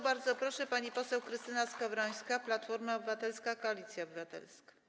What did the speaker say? Bardzo proszę, pani poseł Krystyna Skowrońska, Platforma Obywatelska - Koalicja Obywatelska.